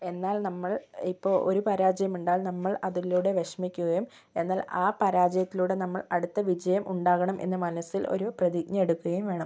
എന്നാൽ നമ്മൾ ഇപ്പോൾ ഒരു പരാജയമുണ്ടായാൽ നമ്മൾ അതിലൂടെ വിഷമിക്കുകയും എന്നാൽ ആ പരാജയത്തിലൂടെ നമ്മൾ അടുത്ത വിജയം ഉണ്ടാകണം എന്ന് മനസ്സിൽ ഒരു പ്രതിജ്ഞ എടുക്കുകയും വേണം